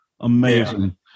amazing